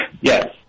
Yes